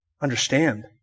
understand